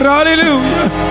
Hallelujah